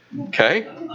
Okay